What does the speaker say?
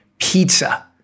pizza